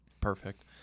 Perfect